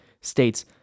states